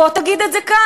בוא תגיד את זה כאן,